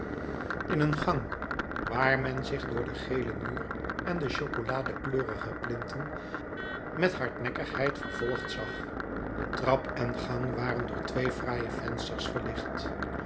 in een gang waar men zich door den gelen muur en de chocoladekleurige plinten met hardnekkigheid vervolgd zag trap en gang waren door twee fraaie vensters verlicht